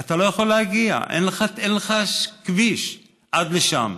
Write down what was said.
אתה לא יכול להגיע, אין לך כביש עד לשם.